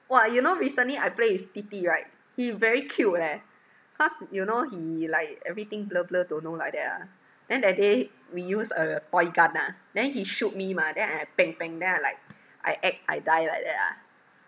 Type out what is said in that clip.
!wah! you know recently I play with 弟弟 right he very cute leh cause you know he like everything blur blur don't know like that ah then that day we used a point gun ah then he shoot me mah then I then I like I act I die like that ah